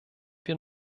wir